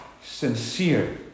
sincere